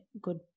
good